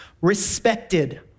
respected